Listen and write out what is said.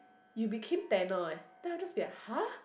you became tanner eh then I just be like [huh]